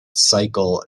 cycle